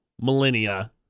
millennia